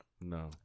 No